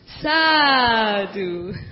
sadu